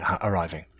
arriving